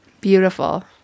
Beautiful